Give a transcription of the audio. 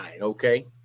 okay